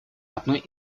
одной